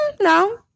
No